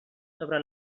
sobre